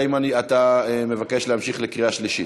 האם אתה מבקש להמשיך לקריאה שלישית?